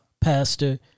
Pastor